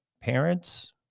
parents